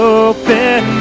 open